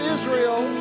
Israel